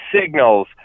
signals